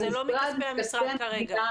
זה לא מכספי המשרד שלכם.